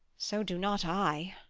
so do not i.